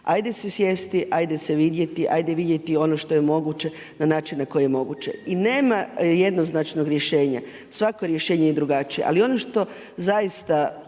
ajde si sjesti, ajde se vidjeti, ajde vidjeti ono što je moguć na način na koji je moguće i nema jednoznačnog rješenja. Svako rješenje je drugačije. Ali ono što zaista